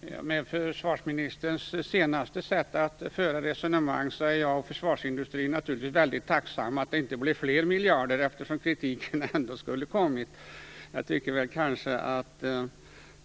Fru talman! Med försvarsministerns senaste sätt att föra resonemang är jag och försvarsindustrin naturligtvis väldigt tacksamma för att det inte blev fler miljarder, eftersom kritiken ändå skulle ha kommit. Jag anser att